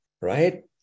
right